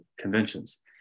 conventions